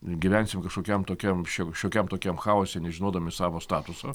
gyvensim kažkokiam tokiam šio šiokiam tokiam chaose nežinodami savo statuso